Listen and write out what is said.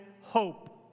hope